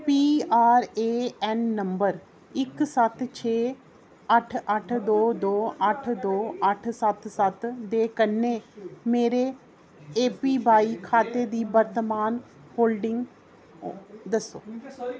P R A N number इक सत्त छे अट्ठ अट्ठ दो दो अट्ठ दो अट्ठ सत्त सत्त दे कन्नै मेरे ए पी वाई खाते दी वर्तमान होल्डिंग दस्सो